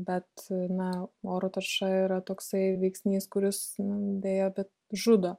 bet na oro tarša yra toksai veiksnys kuris deja bet žudo